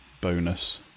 bonus